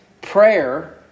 Prayer